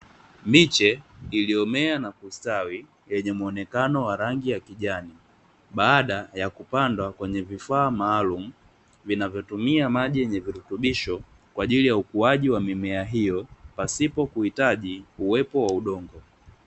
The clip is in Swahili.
Miche iliyomea na kustawi yenye muonekano wa rangi ya kijani, baada ya kupandwa kwenye vifaa maalumu, vinavyotumia maji yenye virutubisho, kwa ajili ya ukuaji wa mimea hiyo, pasipo kuhitaji uwepo wa udongo.